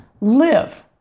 live